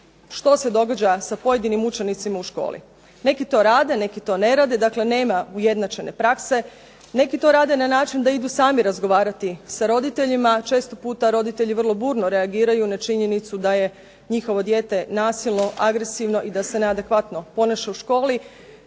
što se događa sa pojedinim učenicima u školi. Neki to rade, neki to ne rade, nema ujednačene prakse, neki to rade na način da idu sami razgovarati sa roditeljima. Često puta roditelji vrlo burno reagiraju na činjenicu da je njihovo dijete nasilno, agresivno i da se neadekvatno ponaša u školi.